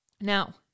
Now